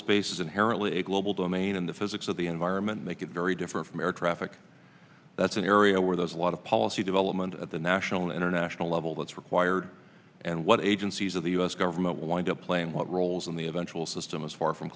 space is inherently a global domain and the physics of the environment make it very different from air traffic that's an area where there's a lot of policy development at the national and international level that's required and what agencies of the u s government wind up playing what roles in the eventual system is far from